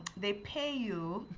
they pay you.